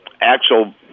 actual